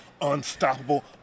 Unstoppable